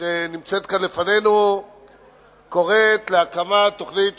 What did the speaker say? שנמצאת כאן לפנינו קוראת להקמת תוכנית